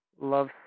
love